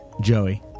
Joey